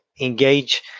engage